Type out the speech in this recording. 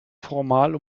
formal